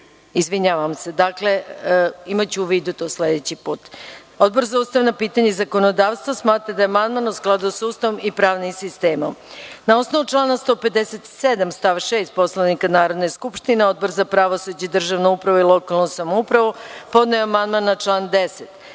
znate da je podsetnik. Imaću u vidu to sledeći put. Odbor za ustavna pitanja i zakonodavstvo smatra da je amandman u skladu sa Ustavom i pravnim sistemom. Na osnovu člana 157. stav 6. Poslovnika Narodne skupštine, Odbor za pravosuđe, državnu upravu i lokalnu samoupravu podneo je amandman na član